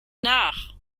nach